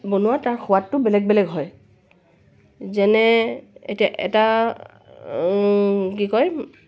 বনোৱা তাৰ সোৱাদটো বেলেগ বেলেগ হয় যেনে এতিয়া এটা কি কয়